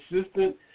assistant